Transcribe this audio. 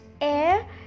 air